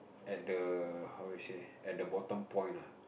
at the how to say at the bottom point ah